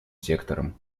сектором